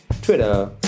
Twitter